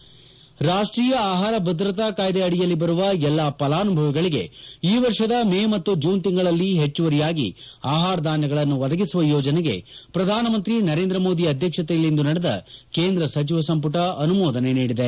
head ರಾಷ್ಷೀಯ ಆಹಾರ ಭದ್ರತಾ ಕಾಯ್ದೆ ಅಡಿಯಲ್ಲಿ ಬರುವ ಎಲ್ಲಾ ಫಲಾನುಭವಿಗಳಿಗೆ ಈ ವರ್ಷದ ಮೇ ಮತ್ತು ಜೂನ್ ತಿಂಗಳಲ್ಲಿ ಹೆಚ್ಚುವರಿಯಾಗಿ ಆಹಾರ ಧಾನ್ಯಗಳನ್ನು ಒದಗಿಸುವ ಯೋಜನೆಗೆ ಪ್ರಧಾನಮಂತ್ರಿ ನರೇಂದ್ರ ಮೋದಿ ಅಧ್ಯಕ್ಷತೆಯಲ್ಲಿಂದು ನಡೆದ ಕೇಂದ್ರ ಸಚಿವ ಸಂಪುಟ ಅನುಮೋದನೆ ನೀಡಿದೆ